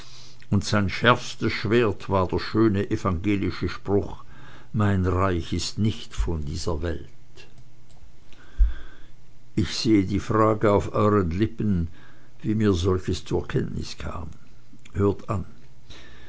und sein schärfstes schwert war der schöne evangelische spruch mein reich ist nicht von dieser welt ich sehe die frage auf euern lippen wie mir solches zur kenntnis kam hört an